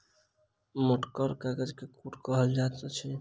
मोटगर कागज के कूट कहल जाइत अछि